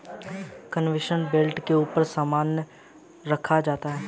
conveyor belt के ऊपर सामान रखा जाता है